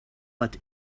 but